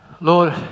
Lord